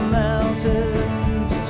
mountains